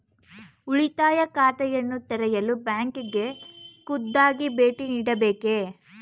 ಉಳಿತಾಯ ಖಾತೆಯನ್ನು ತೆರೆಯಲು ಬ್ಯಾಂಕಿಗೆ ಖುದ್ದಾಗಿ ಭೇಟಿ ನೀಡಬೇಕೇ?